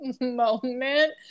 moment